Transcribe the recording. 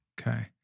Okay